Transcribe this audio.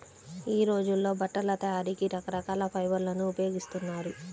యీ రోజుల్లో బట్టల తయారీకి రకరకాల ఫైబర్లను ఉపయోగిస్తున్నారు